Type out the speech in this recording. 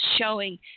showing